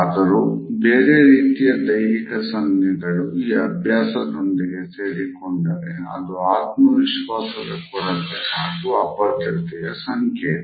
ಆದರೂ ಬೇರೆ ರೀತಿಯ ದೈಹಿಕ ಸಂಜ್ಞೆಗಳು ಈ ಅಭ್ಯಾಸದೊಂದಿಗೆ ಸೇರಿಕೊಂಡರೆ ಅದು ಆತ್ಮವಿಶ್ವಾಸದ ಕೊರತೆ ಹಾಗೂ ಅಭದ್ರತೆಯ ಸಂಕೇತ